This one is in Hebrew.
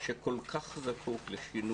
רוכשים